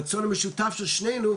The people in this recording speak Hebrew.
את הרצון המשותף של שנינו,